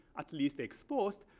at least exposed,